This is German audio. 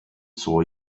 zur